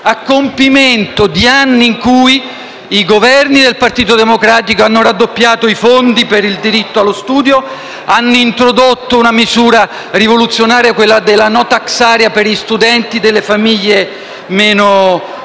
a compimento di anni in cui i Governi del Partito Democratico hanno raddoppiato i fondi per il diritto allo studio e hanno introdotto una misura rivoluzionaria, quella della *no tax area* per gli studenti delle famiglie meno abbienti.